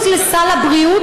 ללקט.